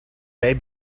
may